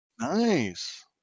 Nice